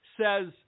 says